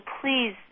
please